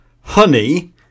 Honey